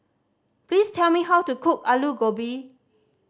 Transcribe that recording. please tell me how to cook Alu Gobi